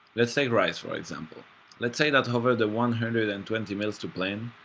let's take rice for example let's say that over the one hundred and twenty meals to plan,